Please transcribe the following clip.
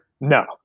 No